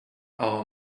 our